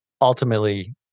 ultimately